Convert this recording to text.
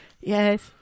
Yes